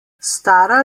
stara